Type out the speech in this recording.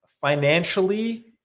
financially